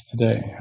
today